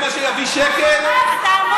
ביהודה ושומרון.